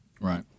Right